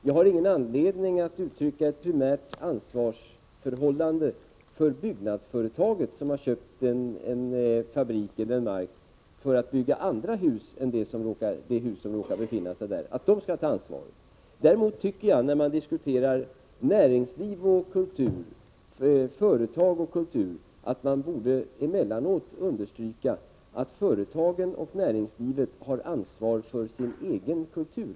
Jag har ingen anledning att uttala att det skulle finnas ett primärt företagsansvar, dvs. att det byggnadsföretag som har köpt fabrik eller mark för att bygga hus och bortse från det hus som råkar befinna sig på platsen skall ta ansvaret. När man diskuterar företag och kultur tycker jag emellertid att man emellanåt borde understryka att företagen och näringslivet i långa stycken har ansvaret för sin egen kultur.